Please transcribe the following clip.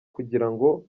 kugirango